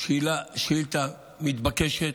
אני חושב שזו שאילתה מתבקשת,